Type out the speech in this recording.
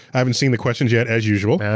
i haven't seen the questions yet, as usual.